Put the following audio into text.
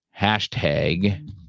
Hashtag